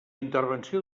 intervenció